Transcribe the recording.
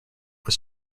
was